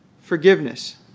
forgiveness